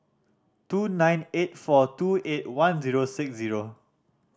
two nine eight four two eight one zero six zero